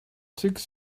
six